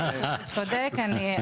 צודק,